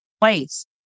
place